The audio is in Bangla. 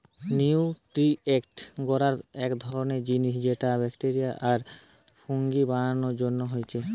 নিউট্রিয়েন্ট এগার এক ধরণের জিনিস যেটা ব্যাকটেরিয়া আর ফুঙ্গি বানানার জন্যে হচ্ছে